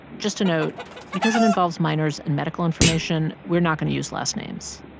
just a note because it involves minors and medical information, we're not going to use last names.